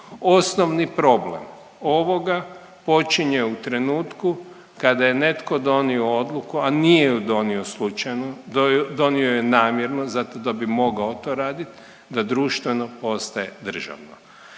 osnovni problem ovoga počinje u trenutku kada je netko donio odluku, a nije ju donio slučajno, donio ju je namjerno zato da bi mogao to radit da društveno postaje državno,